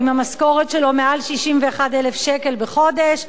או אם המשכורת שלו יותר מ-61,000 שקל בחודש,